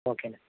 okay అండి